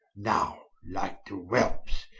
now like to whelpes,